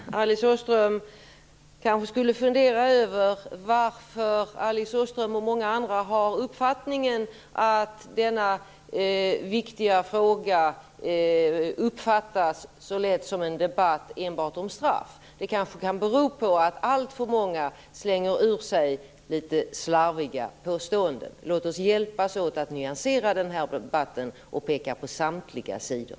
Fru talman! Alice Åström kanske skulle fundera över varför Alice Åström och många andra har uppfattningen att debatten i denna viktiga fråga så lätt uppfattas som en debatt om enbart straff. Det kanske kan bero på att alltför många slänger ur sig litet slarviga påståenden. Låt oss hjälpas åt att nyansera den här debatten och peka på samtliga sidor.